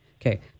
Okay